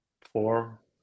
four